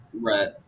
Right